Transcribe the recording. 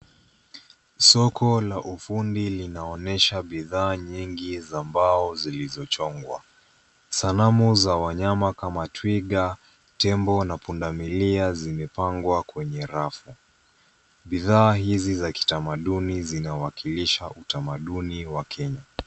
Soko la ufundi linaonyesha bidhaa nyingi za mbao zilizochongwa. Sanamu za wanyama kama twiga, tembo na pundamilia zimepangwa kwenye rafu. Bidhaa hizi za kitamaduni zinawakilisha utamaduni wa Kenya.